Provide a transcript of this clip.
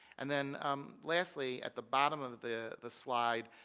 and then um lastly, at the bottom of the the slide,